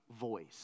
voice